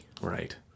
right